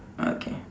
okay